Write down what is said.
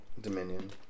Dominion